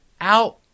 out